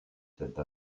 cette